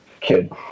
kid